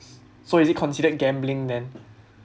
so is it considered gambling then